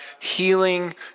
healing